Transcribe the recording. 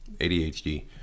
ADHD